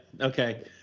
Okay